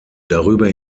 darüber